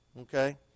Okay